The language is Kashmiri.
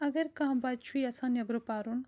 اگر کانٛہہ بَچہِ چھُ یَژھان نیٚبرٕ پَرُن